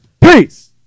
Peace